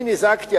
אני נזעקתי,